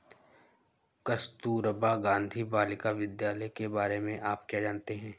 कस्तूरबा गांधी बालिका विद्यालय के बारे में आप क्या जानते हैं?